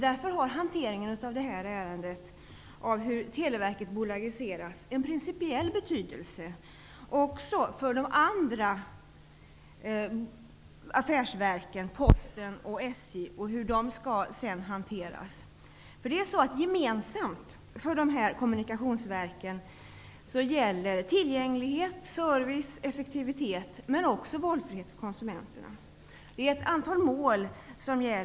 Därför har hanteringen av frågan om bolagiseringen av Televerket en principiell betydelse också för de andra affärsverken -- Posten och SJ -- och för hanteringen av dem. Gemensamt för de här kommunikationsverken är tillgängligheten, servicen, effektiviteten och valfriheten för konsumenterna. Ett antal mål gäller här.